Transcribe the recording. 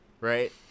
right